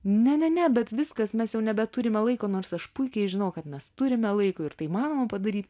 ne ne ne bet viskas mes jau nebeturime laiko nors aš puikiai žinau kad mes turime laiko ir tai įmanoma padaryti